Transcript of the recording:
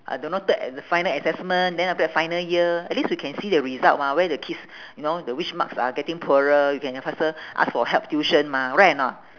I don't know third and the final assessment then after that final year at least we can see the result mah where the kids you know the which marks are getting poorer you can faster ask for help tuition mah right or not